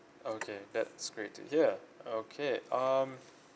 okay that separated here okay um